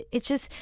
it just,